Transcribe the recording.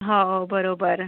हो बरोबर